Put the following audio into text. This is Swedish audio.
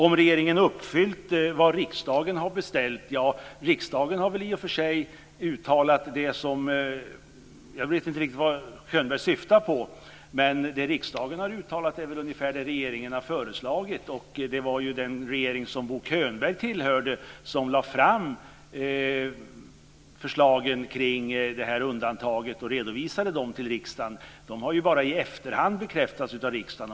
Så frågan om ifall regeringen uppfyllt vad riksdagen har beställt. Jag vet inte riktigt vad Könberg syftar på. Men det riksdagen har uttalat är väl ungefär det regeringen har föreslagit. Det var ju den regering som Bo Könberg tillhörde som lade fram förslagen kring det här undantaget och redovisade dem för riksdagen. De har ju bara i efterhand bekräftats av riksdagen.